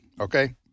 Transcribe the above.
Okay